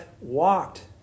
walked